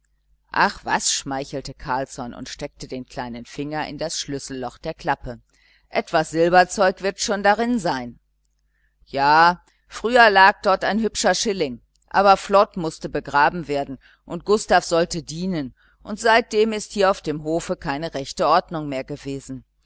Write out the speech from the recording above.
ach was schmeichelte carlsson und steckte den kleinen finger in das schlüsselloch der klappe etwas silberzeug wird schon da drin sein ja früher lag dort ein hübscher schilling aber flod mußte begraben werden und gustav sollte dienen und seitdem ist hier auf dem hofe keine rechte ordnung mehr gewesen